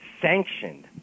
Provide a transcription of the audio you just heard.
sanctioned